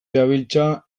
dabiltza